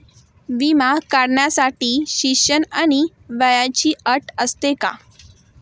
विमा काढण्यासाठी शिक्षण आणि वयाची अट असते का?